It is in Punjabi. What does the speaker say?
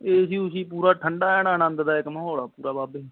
ਏ ਸੀ ਊਸੀ ਪੂਰਾ ਠੰਢਾ ਐਨ ਅਨੰਦਦਾਇਕ ਮਾਹੌਲ ਆ ਪੂਰਾ ਬਾਬੇ